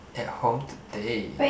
at home today